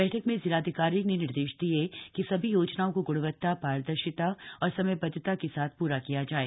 बैठक में जिलाधिकारी ने निर्देश दिये कि सभी योजनाओं को ग्णवत्ता पारदर्शिता और समयबद्धता के साथ पूरा किया जाये